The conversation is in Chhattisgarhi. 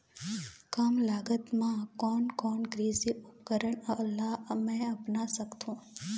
कम लागत मा कोन कोन कृषि उपकरण ला मैं अपना सकथो?